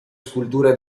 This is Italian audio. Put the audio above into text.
sculture